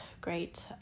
great